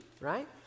right